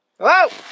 Hello